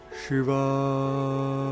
Shiva